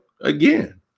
again